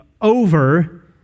over